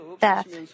death